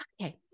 Okay